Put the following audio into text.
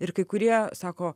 ir kai kurie sako